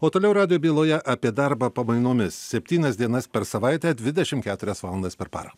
o toliau radijo byloje apie darbą pamainomis septynias dienas per savaitę dvidešim keturias valandas per parą